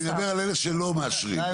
אני מדבר על אלה שלא מאשרים.